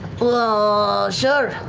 ah, sure.